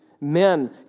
Men